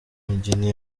mugeni